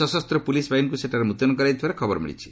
ସଶସ୍ତ ପୁଲିସ୍ ବାହିନୀକୁ ସେଠାରେ ମୁତୟନ କରାଯାଇଥିବାର ଖବର ମିଳିଛି